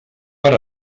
per